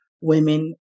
women